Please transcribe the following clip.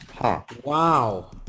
Wow